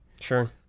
Sure